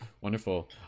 wonderful